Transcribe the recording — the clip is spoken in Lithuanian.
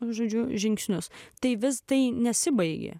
žodžiu žingsnius tai vis tai nesibaigė